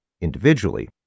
individually